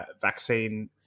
vaccine